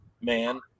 man